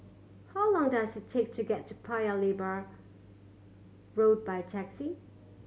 how long does it take to get to Paya Lebar Road by taxi